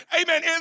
amen